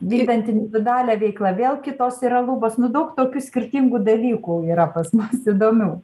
vykdant individualią veiklą vėl kitos yra lubos nu daug tokių skirtingų dalykų yra pas mus įdomių